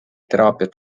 teraapiat